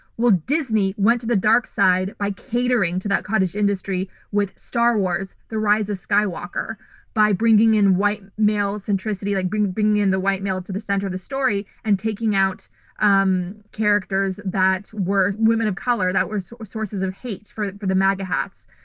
well, disney went to the dark side by catering to that cottage industry with star wars, the rise of skywalker by bringing in white male centricity like bringing bringing in the white male to the center of the story and taking out um characters that were women of color, that were sort of sources of hate for for the maga hats.